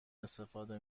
استفاده